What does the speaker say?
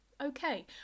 Okay